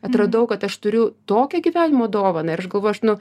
atradau kad aš turiu tokią gyvenimo dovaną ir aš galvoju aš nu